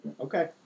Okay